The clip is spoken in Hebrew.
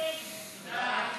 קבוצת סיעת